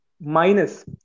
minus